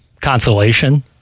consolation